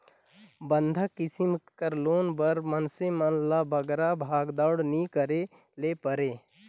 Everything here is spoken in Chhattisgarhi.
बंधक किसिम कर लोन बर मइनसे मन ल बगरा भागदउड़ नी करे ले परे